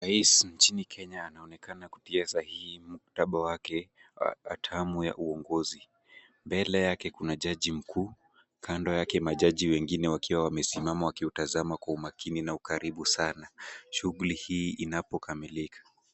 Rais nchini Kenya anaonekana kutia sahihi muktaba wake wa term ya uongozi. Mbele yake kuna jaji mkuu, kando yake majaji wengine wakiwa wamesimama wakiutazama kwa umakini na ukaribu sana shughuli hii inapokamilika.